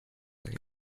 him